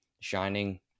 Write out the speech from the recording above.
shining